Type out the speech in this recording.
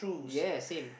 yes same